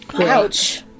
Ouch